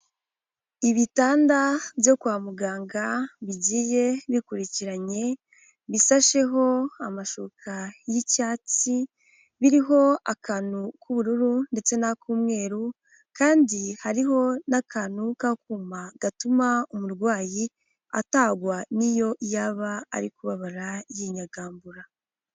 Ibitanda byo kwa muganga bigiye bikurikiranye, bisasheho amashuka y'icyatsi, biriho akantu k'ubururu ndetse n'ak'umweru kandi hariho n'akantu k'akuma gatuma umurwayi atagwa n'iyo yaba ari kubabara yinyagambura.